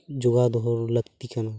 ᱡᱳᱜᱟᱣ ᱫᱚᱦᱚ ᱞᱟᱹᱠᱛᱤ ᱠᱟᱱᱟ